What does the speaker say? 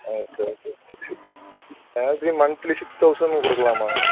okay okay every monthly six thousand கொடுக்கலாம்மா